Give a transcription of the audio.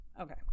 Okay